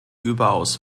überaus